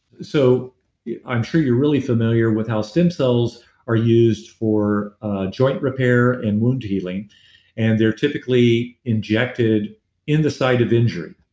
so i'm sure you're really familiar with how stem cells are used for joint repair and wound healing and they're typically injected in the site of injury.